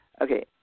Okay